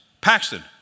Paxton